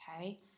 Okay